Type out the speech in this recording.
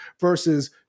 versus